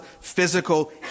physical